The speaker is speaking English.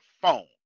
phone